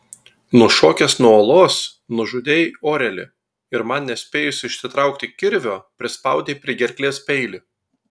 nušokęs nuo uolos nužudei orelį ir man nespėjus išsitraukti kirvio prispaudei prie gerklės peilį